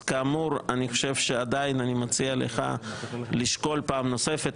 כאמור, אני עדיין מציע לך לשקול פעם נוספת.